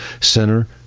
center